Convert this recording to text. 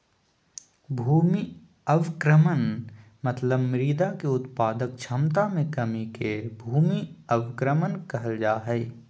भूमि अवक्रमण मतलब मृदा के उत्पादक क्षमता मे कमी के भूमि अवक्रमण कहल जा हई